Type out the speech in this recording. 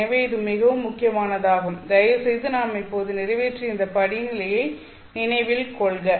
எனவே இது மிகவும் முக்கியமானதாகும் தயவுசெய்து நாம் இப்போது நிறைவேற்றிய இந்த படிநிலையை நினைவில் கொள்க